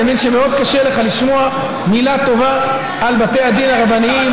אני מבין שמאוד קשה לך לשמוע מילה טובה על בתי הדין הרבניים,